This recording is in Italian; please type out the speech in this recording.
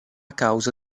causa